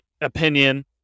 opinion